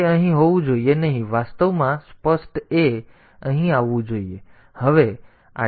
તેથી તે અહીં હોવું જોઈએ નહીં વાસ્તવમાં સ્પષ્ટ a તે અહીં આવવું જોઈએ